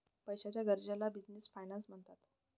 पैशाच्या गरजेला business finance म्हणतात